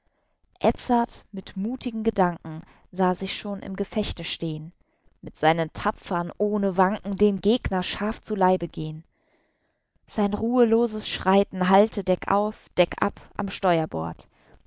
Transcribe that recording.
mit muthigen gedanken sah sich schon im gefechte stehn mit seinen tapfern ohne wanken dem gegner scharf zu leibe gehn sein ruheloses schreiten hallte deckauf deckab am steuerbord